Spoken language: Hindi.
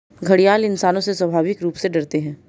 घड़ियाल इंसानों से स्वाभाविक रूप से डरते है